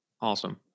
Awesome